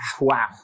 Wow